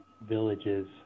villages